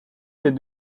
ses